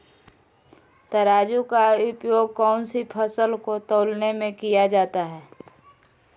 तराजू का उपयोग कौन सी फसल को तौलने में किया जाता है?